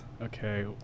okay